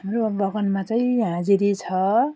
हाम्रो बगानमा चाहिँ हाजिरी छ